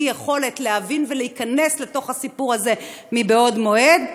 יכולת להבין ולהיכנס לתוך הסיפור הזה בעוד מועד,